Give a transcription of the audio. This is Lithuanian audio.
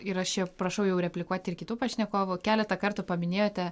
ir aš čia prašau jau replikuoti ir kitų pašnekovų keletą kartų paminėjote